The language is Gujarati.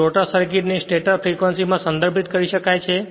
જે રોટર સર્કિટ ને સ્ટેટર ફ્રેક્વંસી માં સદર્ભિત કરી શકાય છે